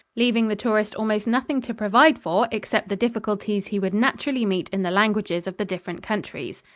leaving the tourist almost nothing to provide for except the difficulties he would naturally meet in the languages of the different countries.